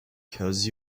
cause